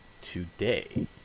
today